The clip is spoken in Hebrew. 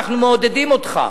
אנחנו מעודדים אותך.